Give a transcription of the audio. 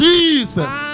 Jesus